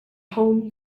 home